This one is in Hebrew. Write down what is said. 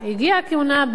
הגיעה הכהונה הבאה,